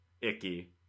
icky